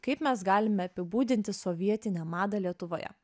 kaip mes galime apibūdinti sovietinę madą lietuvoje